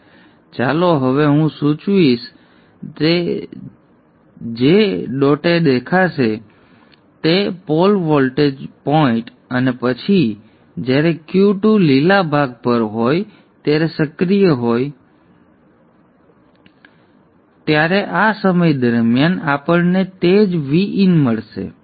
તેથી ચાલો હવે હું આ સૂચવીશ આ તે છે જે ડોટએ દેખાશે તે પોલ વોલ્ટેજ પોઇન્ટ અને પછી જ્યારે Q2 લીલા ભાગ પર હોય ત્યારે સક્રિય હોય અને તમને પોલ વોલ્ટેજ દેખાશે ત્યારે આ સમય દરમિયાન આપણને તે જ Vin મળશે